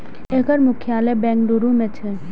एकर मुख्यालय बेंगलुरू मे छै